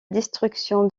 destruction